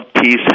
peace